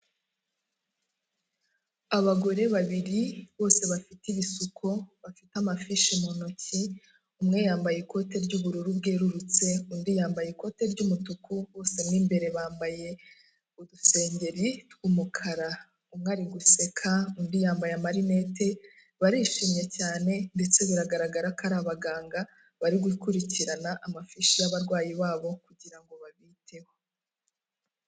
Abagore babiri bose bafite ibisuko, bafite amafishi mu ntoki, umwe yambaye ikote ry'ubururu bwerurutse undi yambaye ikote ry'umutuku, bose mo imbere bambaye udusengeri tw'umukara, umwe ari guseka undi yambaye amarinete barishimye cyane ndetse biragaragara ko ari abaganga, bari gukurikirana amafishi y'abarwayi babo kugira ngo babiteho.